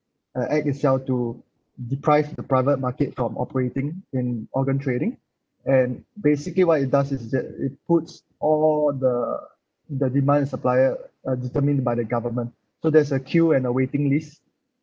a act itself to deprive the private market from operating in organ trading and basically what it does is that it puts all the the demand and supplier uh determined by the government so there's a queue and a waiting list